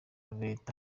reta